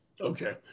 Okay